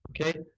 Okay